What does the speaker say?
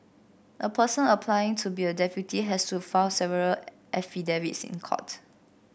a person applying to be a deputy has to file several affidavits in court